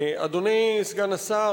אדוני סגן השר,